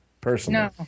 personally